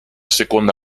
seconda